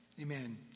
amen